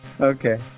Okay